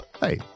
Hey